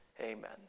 amen